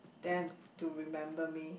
then to remember me